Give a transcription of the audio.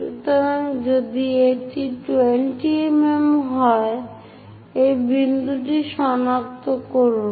সুতরাং যদি এটি 20 mm হয় এই বিন্দুটি সনাক্ত করুন